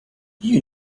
you